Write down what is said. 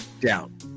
down